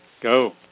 Go